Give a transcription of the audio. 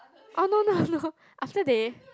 oh no no no after that